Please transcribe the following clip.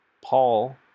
Paul